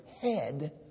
head